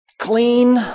Clean